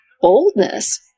boldness